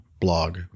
blog